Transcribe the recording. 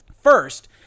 First